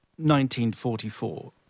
1944